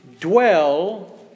dwell